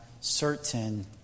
certain